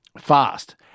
fast